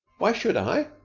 why should i?